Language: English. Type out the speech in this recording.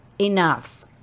enough